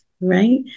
right